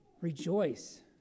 rejoice